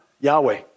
Yahweh